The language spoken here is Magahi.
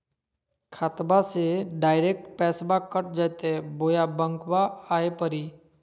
खाताबा से डायरेक्ट पैसबा कट जयते बोया बंकबा आए परी?